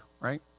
right